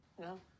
No